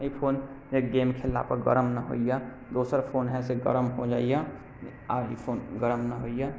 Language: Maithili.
ई फोन गेम खेललापर गरम नऽ होइए दोसर फोन हए से गरम हो जाइए आ ई फोन गरम नऽ होइए